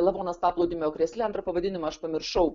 lavonas paplūdimio krėsle antrą pavadinimą aš pamiršau